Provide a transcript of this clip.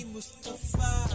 Mustafa